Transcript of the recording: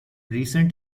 recent